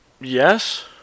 Yes